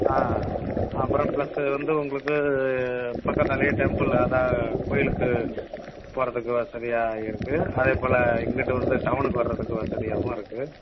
ஆ அப்புறம் ப்ளஸ்ஸு வந்து உங்களுக்கு பக்கத்திலயே டெம்பிள் அதான் கோயிலுக்கு போகிறதுக்கு வசதியாக இருக்குது அதேபோல் இங்கிட்டு வந்து டவுனுக்கு வர்றதுக்கு வசதியாகவும் இருக்குது